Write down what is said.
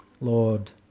Lord